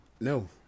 no